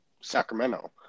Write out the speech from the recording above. Sacramento